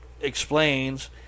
explains